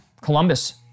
Columbus